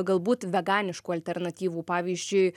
galbūt veganiškų alternatyvų pavyzdžiui